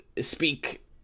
speak